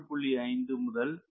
5 to 1